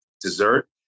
dessert